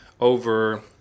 over